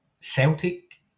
Celtic